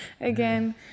again